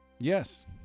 Yes